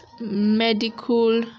medical